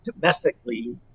domestically